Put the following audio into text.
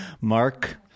Mark